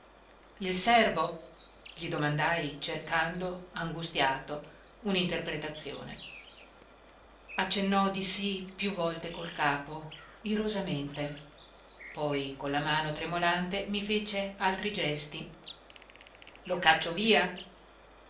il servo gli domandai cercando angustiato uninterpretazione accennò di sì più volte col capo irosamente poi con la mano tremolante mi fece altri gesti lo caccio via